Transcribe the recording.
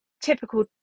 typical